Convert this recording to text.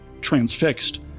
transfixed